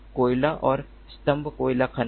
कोयला और स्तंभ कोयला खनन